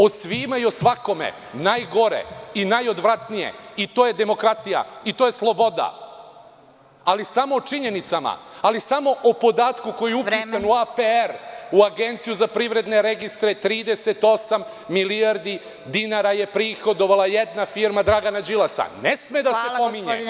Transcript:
O svima i o svakome najgore i najodvratnije i to je demokratija i to je sloboda, ali, samo o činjenicama, samo o podatku koji je upisan u APR - 38 milijardi dinara je prihodovala jedna firma Dragana Đilasa, ne sme da se pominje.